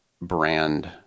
brand